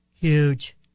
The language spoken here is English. Huge